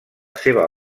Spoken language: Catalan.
seva